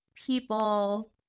people